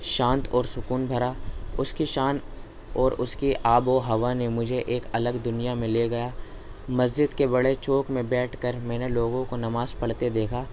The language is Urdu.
شانت اور سکون بھرا اس کی شان اور اس کی آب و ہوا نے مجھے ایک الگ دنیا میں لے گیا مسجد کے بڑے چوک میں بیٹھ کر میں نے لوگوں کو نماز پڑھتے دیکھا